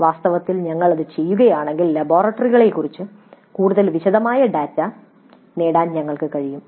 വാസ്തവത്തിൽ ഞങ്ങൾ അത് ചെയ്യുകയാണെങ്കിൽ ലബോറട്ടറികളെക്കുറിച്ച് കൂടുതൽ വിശദമായ ഡാറ്റ നേടാൻ ഞങ്ങൾക്ക് കഴിയും